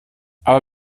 aber